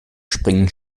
springen